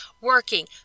working